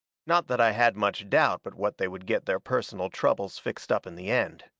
not that i had much doubt but what they would get their personal troubles fixed up in the end.